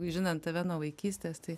žinant tave nuo vaikystės tai